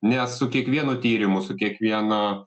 nes su kiekvienu tyrimu su kiekviena